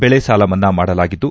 ಬೆಳೆ ಸಾಲ ಮನ್ನಾ ಮಾಡಲಾಗಿದ್ದು